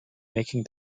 making